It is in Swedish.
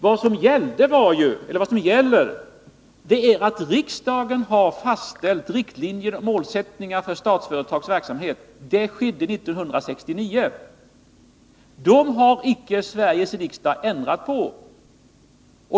Vad som gäller är att riksdagen har fastställt riktlinjer och målsättningar för Statsföretags verksamhet. Det skedde 1969. Dessa har icke Sveriges riksdag ändrat på.